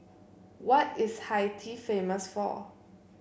why is Haiti famous for